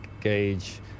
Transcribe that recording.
gauge